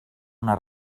una